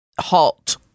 halt